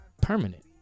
permanent